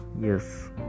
yes